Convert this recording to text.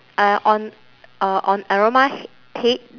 uh on uh on aroma head